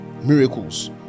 miracles